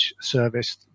service